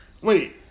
Wait